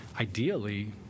ideally